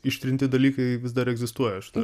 ištrinti dalykai vis dar egzistuoja aš tą